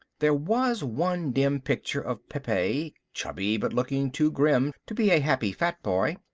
there was one dim picture of pepe, chubby but looking too grim to be a happy fat boy.